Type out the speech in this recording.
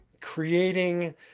creating